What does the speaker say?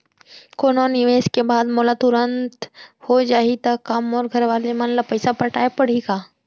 कोनो निवेश के बाद मोला तुरंत हो जाही ता का मोर घरवाले मन ला पइसा पटाय पड़ही का?